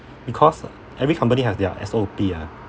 because every company has their S_O_P ah